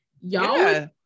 y'all